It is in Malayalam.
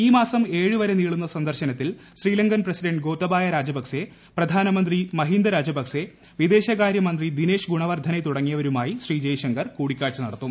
ഈ മാസം ഏഴ് വരെ നീളുന്ന സന്ദർശനത്തിൽ ശ്രീലങ്കൻ പ്രസിഡണ്ട് ഗോതബയ രജപക് സെ പ്രധാനമന്ത്രി മഹിന്ദ രജപക്സെ വിദേശകാര്യമന്ത്രി ദിനേഷ് ഗുണവർധന തുടങ്ങിയവരുമായി ശ്രീ ജയശങ്കർ കൂടിക്കാഴ്ച നടത്തും